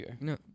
No